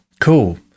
Cool